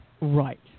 Right